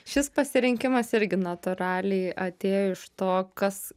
šis pasirinkimas irgi natūraliai atėjo iš to kas